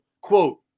quote